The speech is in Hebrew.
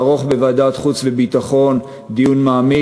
לערוך בוועדת החוץ והביטחון דיון מעמיק,